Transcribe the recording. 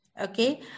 Okay